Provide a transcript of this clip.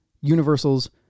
Universal's